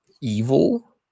evil